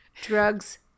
Drugs